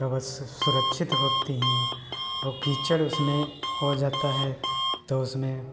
तो वो सब सुरक्षित होती है वो कीचड़ उसमें हो जाता है तो उसमें